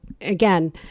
again